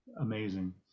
amazing